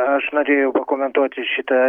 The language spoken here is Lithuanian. aš norėjau pakomentuoti šitą